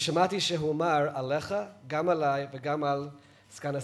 ושמעתי שהוא אמר עליך, גם עלי וגם על סגן השר,